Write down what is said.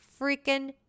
freaking